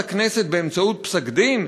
הכנסת באמצעות פסק-דין?